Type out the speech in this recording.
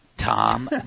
Tom